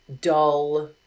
dull